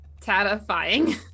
terrifying